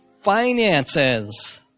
finances